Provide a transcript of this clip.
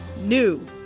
NEW